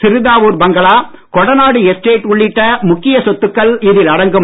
Siruthavur bungalow Kodanad estate உள்ளிட்ட முக்கிய சொத்துக்கள் இதில் அடங்கும்